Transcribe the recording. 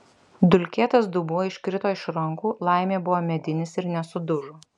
dulkėtas dubuo iškrito iš rankų laimė buvo medinis ir nesudužo